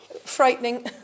frightening